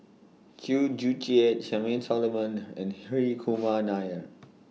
Chew Joo Chiat Charmaine Solomon and Hri Kumar Nair